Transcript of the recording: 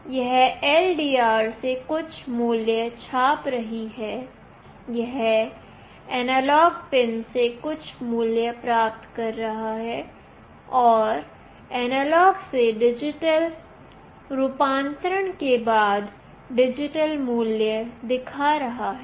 यह LDR से कुछ मूल्य छाप रही है यह एनालॉग पिन से कुछ मूल्य प्राप्त कर रही है और एनालॉग से डिजिटल रूपांतरण के बाद यह डिजिटल मूल्य दिखा रही है